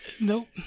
Nope